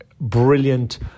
brilliant